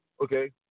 okay